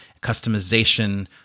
customization